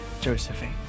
Josephine